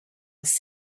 was